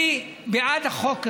אני בעד החוק הזה.